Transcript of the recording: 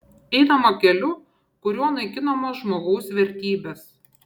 einama keliu kuriuo naikinamos žmogaus vertybės